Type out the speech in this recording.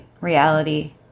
reality